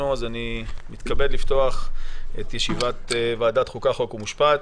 אני מתכבד לפתוח את ישיבת ועדת החוקה, חוק ומשפט.